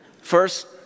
First